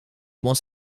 was